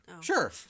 sure